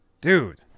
Dude